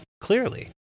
Clearly